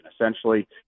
Essentially